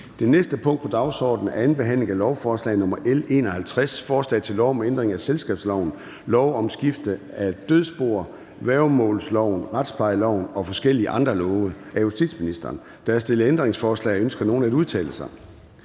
Det næste punkt på dagsordenen er: 13) 2. behandling af lovforslag nr. L 51: Forslag til lov om ændring af selskabsloven, lov om skifte af dødsboer, værgemålsloven, retsplejeloven og forskellige andre love. (Digital behandling af tvangsopløsningssager og dødsboskiftesager,